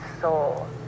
soul